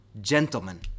gentlemen